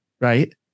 right